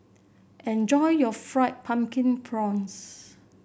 enjoy your Fried Pumpkin Prawns